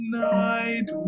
night